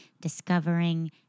discovering